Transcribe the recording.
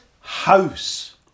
house